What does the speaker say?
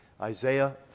Isaiah